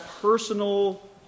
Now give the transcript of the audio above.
personal